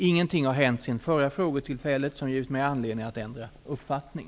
Ingenting har hänt sedan förra frågetillfället som givit mig anledning att ändra uppfattning.